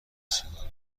سیگار